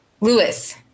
Lewis